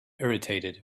irritated